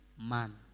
Man